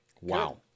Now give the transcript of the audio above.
wow